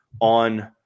on